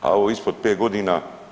A ovo ispod 5 godina?